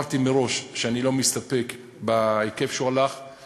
אמרתי מראש שאני לא מסתפק בהיקף שהוא הלך עליו.